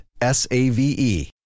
S-A-V-E